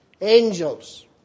angels